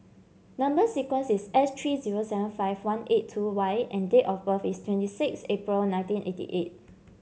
number sequence is S three zero seven five one eight two Y and date of birth is twenty six April nineteen eighty eight